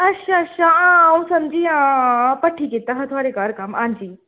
अच्छा अच्छा हां अ'ऊं समझी हां हां भट्ठी कीता हा थुआढ़े घर कम्म